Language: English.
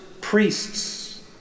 priests